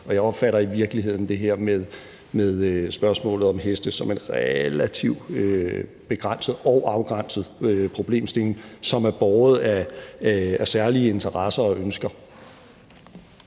Og jeg opfatter i virkeligheden det her med spørgsmålet om heste som en relativt begrænset og afgrænset problemstilling, som er båret af særlige interesser og ønsker.